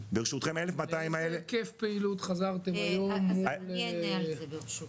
--- לאיזה היקף פעילות חזרתם היום מול --- אני אענה על זה ברשותך.